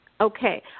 Okay